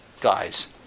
guys